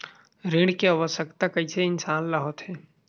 ऋण के आवश्कता कइसे इंसान ला होथे?